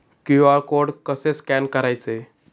QR code कसे scan करायचे?